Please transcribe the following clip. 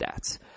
stats